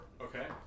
Okay